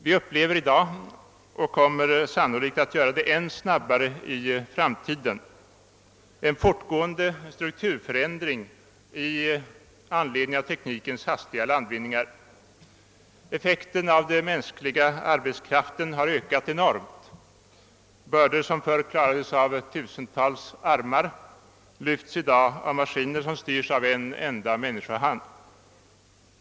Vi upplever i dag, och kommer sannolikt att göra det än snabbare i framtiden, en fortgående strukturförändring i anledning av teknikens hastiga landvinningar. Effekten av den mänskliga arbetskraften har ökat enormt. Bördor som förr klarades av tusentals armar lyfts i dag av maskiner som styrs av en enda människohand.